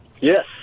Yes